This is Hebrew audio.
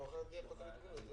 אנחנו אחרי זה נהיה חותמת גומי.